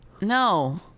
No